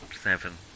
seven